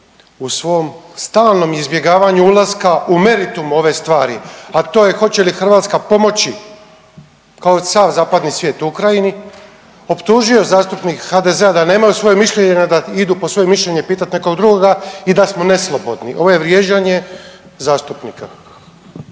u svom stalnom izbjegavanja ulaska u meritum ove stvari, a to je hoće li Hrvatska pomoći, kao sav zapadni svijet Ukrajini, optužio zastupnike HDZ-a da nemaju svoje mišljenje i da idu po svoje mišljenje pitati nekog drugoga i da smo neslobodni, ovo je vrijeđanje zastupnika.